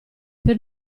per